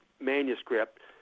manuscript